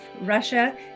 Russia